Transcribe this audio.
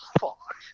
fuck